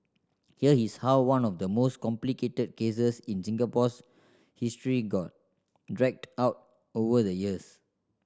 here is how one of the most complicated cases in Singapore's history got dragged out over the years